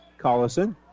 Collison